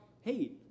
hey